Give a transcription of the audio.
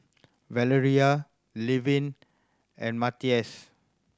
Valarie Levin and Matias